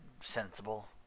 sensible